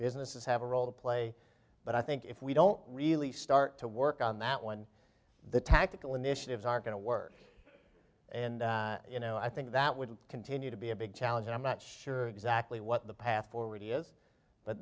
businesses have a role to play but i think if we don't really start to work on that one the tactical initiatives are going to work and you know i think that would continue to be a big challenge and i'm not sure exactly what the path forward is but